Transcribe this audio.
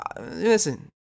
listen